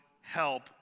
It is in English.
help